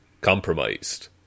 compromised